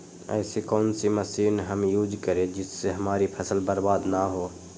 ऐसी कौन सी मशीन हम यूज करें जिससे हमारी फसल बर्बाद ना हो?